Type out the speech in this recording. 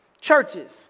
churches